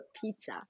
pizza